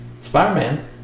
Spider-Man